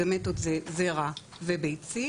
גמטות זה זרע וביצית.